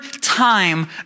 time